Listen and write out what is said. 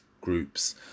groups